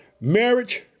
marriage